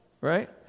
right